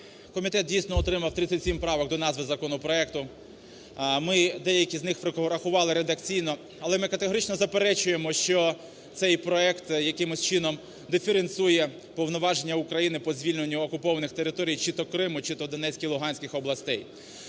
Комітет, дійсно, отримав 37 правок до назви законопроекту. Ми деякі з них врахували редакційно. Але ми категорично заперечуємо, що цей проект якимось чином диференціює повноваження України по звільненню окупованих територій чи то Криму, чи то Донецької, Луганської областей.